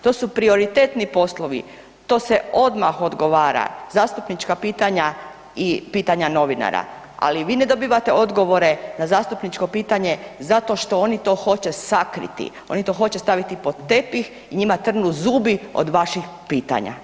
To su prioritetni poslovi, to se odmah odgovara, zastupnička pitanja i pitanja novinara, ali vi ne dobivate odgovore na zastupničko pitanje zato što oni to hoće sakriti, oni to hoće staviti pod tepih, njima trnu zubi od vaših pitanja.